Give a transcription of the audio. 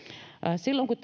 silloin kun